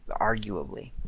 arguably